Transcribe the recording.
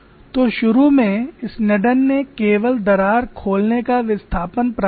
तो शुरू में Sneddon ने केवल दरार खोलने का विस्थापन प्राप्त किया